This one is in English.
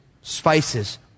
spices